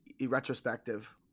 retrospective